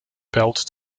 belt